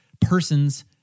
person's